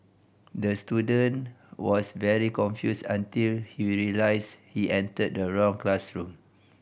the student was very confused until he realised he entered the wrong classroom